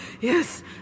Yes